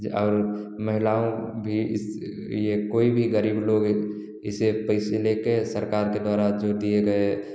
और महिलाएँ भी इस यह कोई भी गरीब लोग इसे पैसे लेकर सरकार के द्वारा जो दिए गए